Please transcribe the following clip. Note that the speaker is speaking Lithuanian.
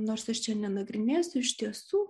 nors aš čia nenagrinėsiu iš tiesų